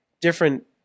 different